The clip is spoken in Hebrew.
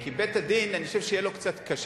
כי בית-הדין, אני חושב שיהיה לו קצת קשה.